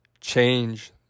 change